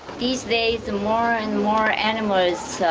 these days more and more animals